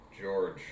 George